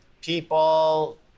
people